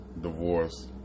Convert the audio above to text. divorce